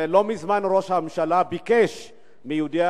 ולא מזמן ראש הממשלה ביקש מיהודי